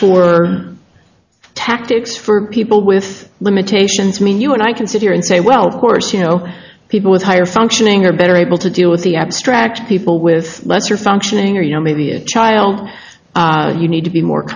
for tactics for people with limitations mean you and i can sit here and say well of course you know people with higher functioning are better able to deal with the abstract people with lesser functioning or you know maybe a child you need to be more